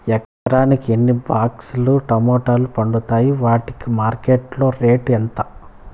ఎకరాకి ఎన్ని బాక్స్ లు టమోటాలు పండుతాయి వాటికి మార్కెట్లో రేటు ఎంత?